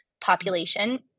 population